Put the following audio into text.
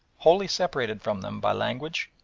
wholly separated from them by language,